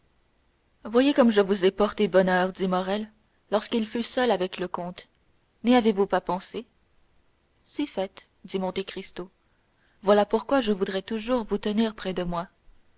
voyez comme je vous ai porté bonheur dit morrel lorsqu'il fut seul avec le comte n'y avez-vous pas pensé si fait dit monte cristo voilà pourquoi je voudrais toujours vous tenir près de moi